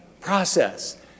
process